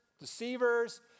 deceivers